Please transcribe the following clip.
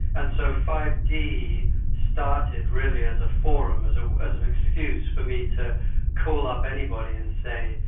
and so five d started really as a forum, as ah as an excuse for me to call up anybody and say,